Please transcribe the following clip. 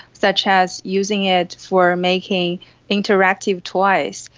such as using it for making interactive toys,